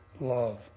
love